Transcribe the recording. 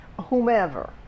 whomever